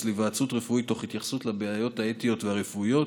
להיוועצות רפואית תוך התייחסות לבעיות האתיות והרפואיות,